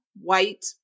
white